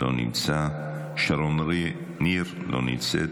לא נמצא, שרון ניר, לא נמצאת,